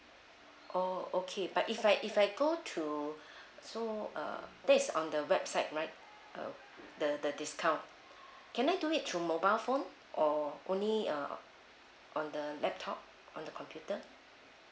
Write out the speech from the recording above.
oh okay but if I if I go through so uh that is on the website right uh the the discount can I do it through mobile phone or only uh on the laptop on the computer